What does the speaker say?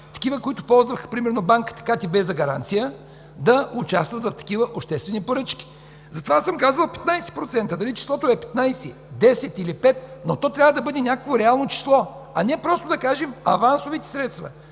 които ползваха примерно банката КТБ за гаранция, да участват в такива обществени поръчки. Затова съм предложил „15%” – дали числото е 15, 10 или 5, но то трябва да бъде някакво реално число, а не просто да кажем „авансовите средства”.